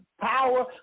power